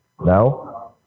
No